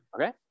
Okay